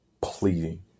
Pleading